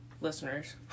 listeners